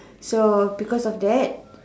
so because of that